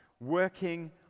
working